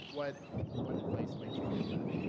what what advice might you give them?